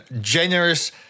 generous